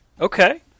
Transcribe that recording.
Okay